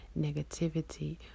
negativity